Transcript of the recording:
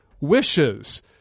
wishes